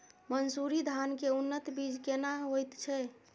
मन्सूरी धान के उन्नत बीज केना होयत छै?